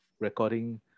recording